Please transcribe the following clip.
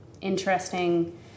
interesting